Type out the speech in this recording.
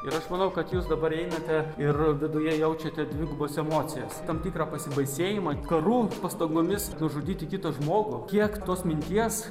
ir aš manau kad jūs dabar einate ir viduje jaučiate dvigubas emocijas tam tikrą pasibaisėjimą karu pastangomis nužudyti kitą žmogų kiek tos minties